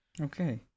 Okay